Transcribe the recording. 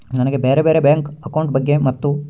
ನನಗೆ ಬ್ಯಾರೆ ಬ್ಯಾರೆ ಬ್ಯಾಂಕ್ ಅಕೌಂಟ್ ಬಗ್ಗೆ ಮತ್ತು?